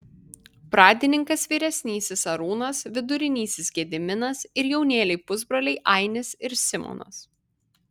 pradininkas vyresnysis arūnas vidurinysis gediminas ir jaunėliai pusbroliai ainis ir simonas